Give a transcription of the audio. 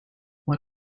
what